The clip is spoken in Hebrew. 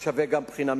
שווה גם בחינה.